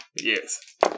Yes